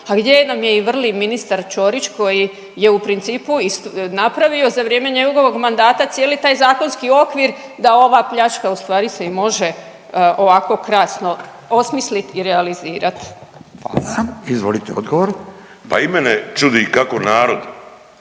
A gdje nam je i vrli ministar Ćorić koji je u principu napravio za vrijeme njegovog mandata cijeli taj zakonski okvir da ova pljačka u stvari se i može ovako krasno osmisliti i realizirati. Hvala. **Radin, Furio (Nezavisni)** Hvala.